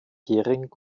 hering